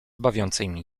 bawiącymi